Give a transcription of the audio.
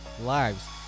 lives